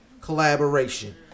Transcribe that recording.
Collaboration